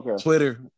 Twitter